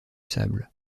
sable